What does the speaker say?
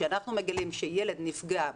כשאנחנו מגלים שילד נפגע,